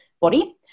body